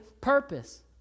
purpose